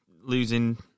Losing